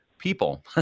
people